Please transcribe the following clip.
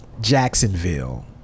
Jacksonville